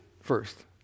first